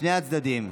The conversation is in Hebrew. משני הצדדים,